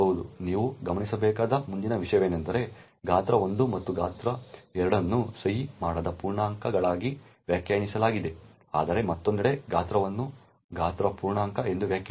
ನೀವು ಗಮನಿಸಬೇಕಾದ ಮುಂದಿನ ವಿಷಯವೆಂದರೆ ಗಾತ್ರ 1 ಮತ್ತು ಗಾತ್ರ 2 ಅನ್ನು ಸಹಿ ಮಾಡದ ಪೂರ್ಣಾಂಕಗಳಾಗಿ ವ್ಯಾಖ್ಯಾನಿಸಲಾಗಿದೆ ಆದರೆ ಮತ್ತೊಂದೆಡೆ ಗಾತ್ರವನ್ನು ಗಾತ್ರ ಪೂರ್ಣಾಂಕ ಎಂದು ವ್ಯಾಖ್ಯಾನಿಸಲಾಗಿದೆ